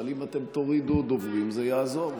אבל אם אתם תורידו דוברים, זה יעזור.